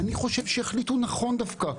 אני חושב שהחליטו נכון דווקא,